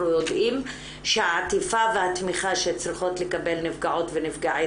יודעים שהעטיפה והתמיכה שצריכות לקבל נפגעות ונפגעי